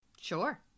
Sure